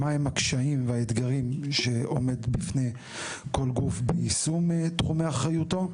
מה הם הקשיים והאתגרים שעומד בפני כל גוף ביישום תחומי אחריותו.